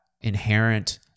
inherent